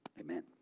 Amen